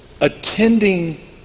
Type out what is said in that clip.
attending